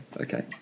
okay